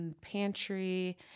pantry